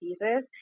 diseases